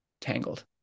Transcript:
tangled